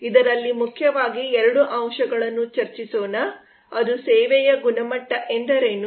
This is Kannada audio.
ಇದರಲ್ಲಿ ಮುಖ್ಯವಾಗಿ 2 ಅಂಶಗಳನ್ನು ಚರ್ಚಿಸೋಣ ಅದು ಸೇವೆಯ ಗುಣಮಟ್ಟ ಎಂದರೇನು